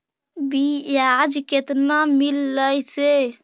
बियाज केतना मिललय से?